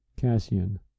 Cassian